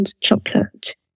chocolate